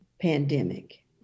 pandemic